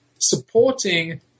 supporting